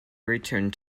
returned